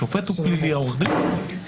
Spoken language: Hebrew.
השופט הוא פלילי, העורך דין הוא פלילי.